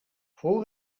voor